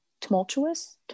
tumultuous